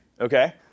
okay